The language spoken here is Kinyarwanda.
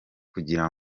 kugira